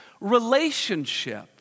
relationship